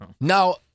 Now